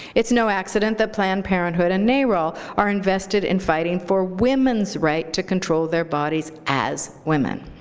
it's no accident that planned parenthood and narol are invested in fighting for women's right to control their bodies as women.